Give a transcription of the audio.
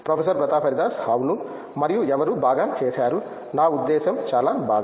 professor Pratap Haridas అవును మరియు ఎవరు బాగా చేసారు నా ఉద్దేశ్యం చాలా బాగా